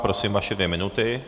Prosím, vaše dvě minuty.